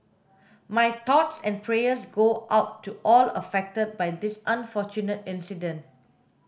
my thoughts and prayers go out to all affected by this unfortunate incident